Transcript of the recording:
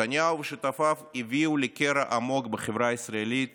נתניהו ושותפיו הביאו לקרע עמוק בחברה הישראלית